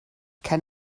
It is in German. kann